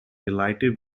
delighted